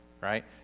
right